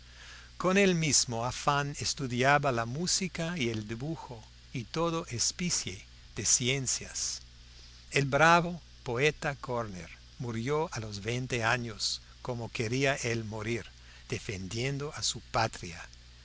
con el mismo afán estudiaba la música y el dibujo y toda especie de ciencias el bravo poeta koerner murió a los veinte años como quería él morir defendiendo a su patria